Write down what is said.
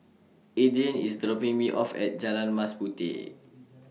Adrien IS dropping Me off At Jalan Mas Puteh